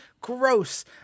gross